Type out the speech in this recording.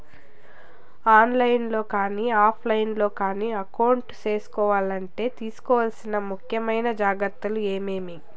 On line లో కానీ offline లో కానీ అకౌంట్ సేసుకోవాలంటే తీసుకోవాల్సిన ముఖ్యమైన జాగ్రత్తలు ఏమేమి?